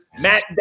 Matt